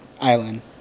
island